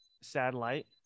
satellite